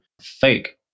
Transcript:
fake